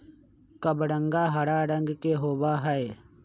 कबरंगा हरा रंग के होबा हई